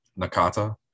Nakata